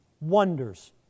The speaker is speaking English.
wonders